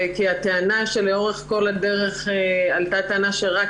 כי הטענה שלאורך כל הדרך עלתה טענה שרק